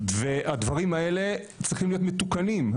הדברים הללו צריכים להיות מתוקנים.